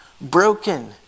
broken